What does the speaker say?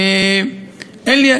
אין לי,